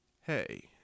Hey